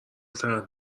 طرح